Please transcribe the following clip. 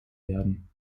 werden